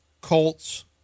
Colts